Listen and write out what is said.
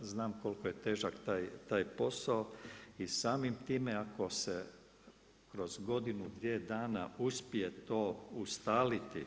Znam koliko je težak taj posao i samim time ako se kroz godinu, dvije dana uspije to ustaliti